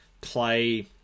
play